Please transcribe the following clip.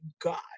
God